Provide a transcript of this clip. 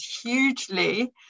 hugely